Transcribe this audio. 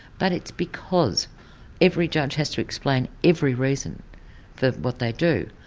but it's because every judge has to explain every reason for what they do,